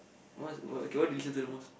most oh K what do you listen to the most